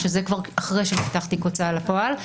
שזה כבר אחרי שנפתח תיק בהוצאה לפעול,